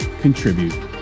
Contribute